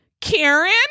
karen